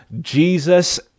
Jesus